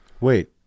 Wait